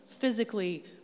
physically